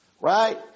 right